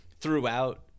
throughout